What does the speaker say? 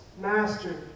Master